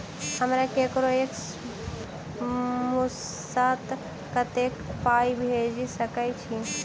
हम ककरो एक मुस्त कत्तेक पाई भेजि सकय छी?